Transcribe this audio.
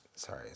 Sorry